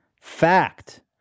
fact